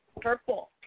Purple